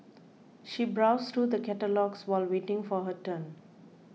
she browsed through the catalogues while waiting for her turn